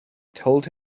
told